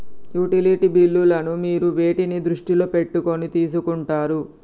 Utility బిల్లులను మీరు వేటిని దృష్టిలో పెట్టుకొని తీసుకుంటారు?